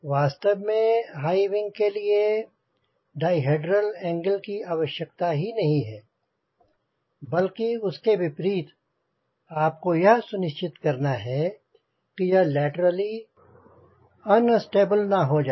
वास्तव में high wing के लिए डाईहेड्रल एंगल की आवश्यकता ही नहीं है बल्कि उसके विपरीत आपको यह सुनिश्चित करना है कि यह लैटरली अनस्टेबल ना हो जाए